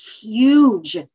huge